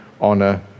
honor